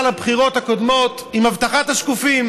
לבחירות הקודמות עם הבטחת השקופים,